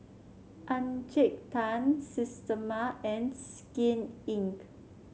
Encik Tan Systema and Skin Inc